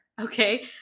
okay